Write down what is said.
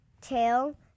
tail